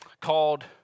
called